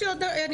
אני